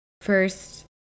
first